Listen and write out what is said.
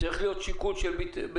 צריכים להיות שיקולים של בטיחות,